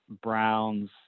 Browns